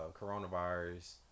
coronavirus